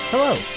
Hello